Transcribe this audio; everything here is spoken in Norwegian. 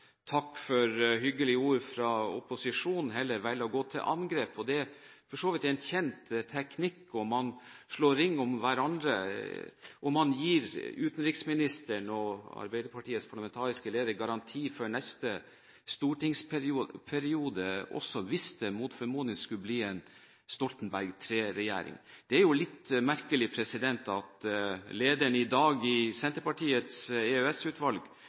for hyggelige ord fra opposisjonen heller velger å gå til angrep. Det er for så vidt en kjent teknikk. Man slår ring om hverandre, og man gir utenriksministeren og Arbeiderpartiets parlamentariske leder garanti for neste stortingsperiode, også hvis det mot formodning skulle bli en Stoltenberg III-regjering. Det er jo litt merkelig at lederen i Senterpartiets EØS-utvalg slår fast følgende i